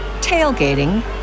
tailgating